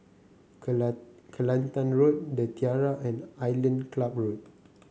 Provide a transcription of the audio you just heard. Kelant Kelantan Road The Tiara and Island Club Road